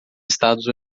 estados